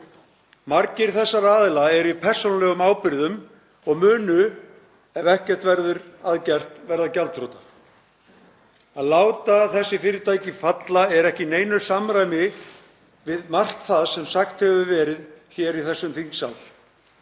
Margir þessara aðila eru í persónulegum ábyrgðum og munu, ef ekkert verður að gert, verða gjaldþrota. Að láta þessi fyrirtæki falla er ekki í neinu samræmi við margt það sem sagt hefur verið hér í þessum þingsal.